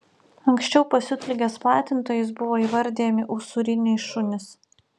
anksčiau pasiutligės platintojais buvo įvardijami usūriniai šunys